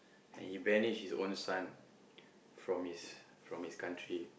and he banish his own son from his from his country